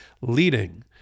leading